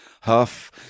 Huff